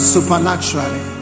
Supernaturally